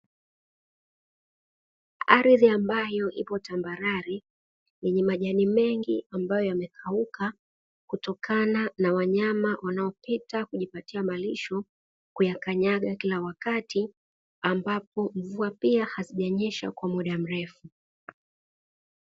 Ardhi ambayo ipo tambarare yenye majani mengi ambayo yamekauka kutokana na wanyama wanaopita kujipatia malisho, kuyakanyaga kila wakati ambapo mvua pia hazijanyesha kwa mda mrefu.